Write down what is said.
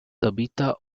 tabitha